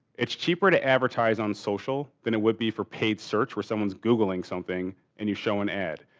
it's cheaper to advertise on social than it would be for paid search where someone's googling something and you show an ad.